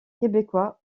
québécois